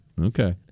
okay